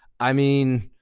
i mean,